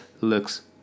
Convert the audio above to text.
looks